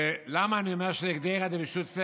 למה אני אומר שזה בבחינת "קדירא דבשותפי"?